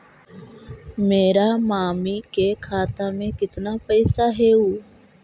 मेरा मामी के खाता में कितना पैसा हेउ?